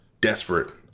desperate